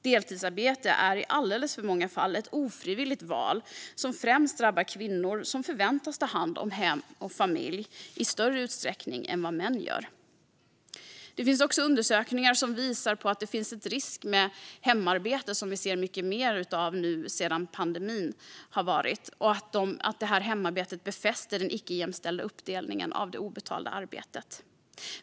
Deltidsarbete är i alldeles för många fall ett ofrivilligt val som främst drabbar kvinnor som förväntas ta hand om hem och familj i större utsträckning än vad män gör. Det finns också undersökningar som visar på att det kan finnas en risk med hemarbete, som vi ser mycket mer av nu sedan pandemin. Hemarbetet befäster den icke-jämställda uppdelningen av det obetalda arbetet.